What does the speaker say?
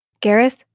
Gareth